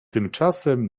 tymczasem